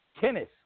tennis